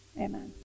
amen